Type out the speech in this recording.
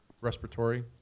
respiratory